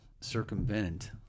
circumvent